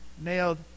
nailed